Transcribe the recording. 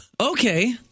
Okay